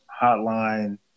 hotline